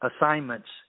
assignments